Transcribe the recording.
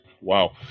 Wow